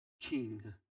king